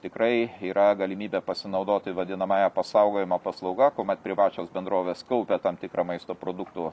tikrai yra galimybė pasinaudoti vadinamąja pasaugojimo paslauga kuomet privačios bendrovės kaupia tam tikrą maisto produktų